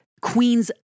Queen's